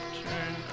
turn